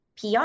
PR